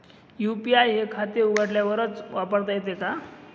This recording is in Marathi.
यू.पी.आय हे खाते उघडल्यावरच वापरता येते का?